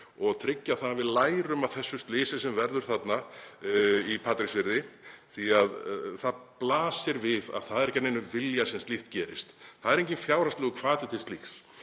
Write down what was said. og tryggja að við lærum af þessu slysi sem varð þarna í Patreksfirði því að það blasir við að það er ekki af neinum vilja sem slíkt gerist. Það er enginn fjárhagslegur hvati til slíks.